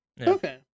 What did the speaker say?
Okay